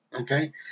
Okay